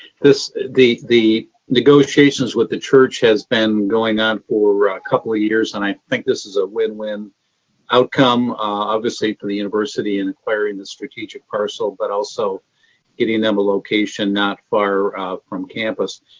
the the negotiations with the church has been going on for ah a couple of years and i think this is a win-win outcome, obviously for the university in acquiring the strategic parcel but also getting them a location not far from campus,